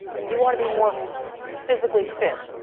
do you want to be more physically fit?